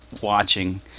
watching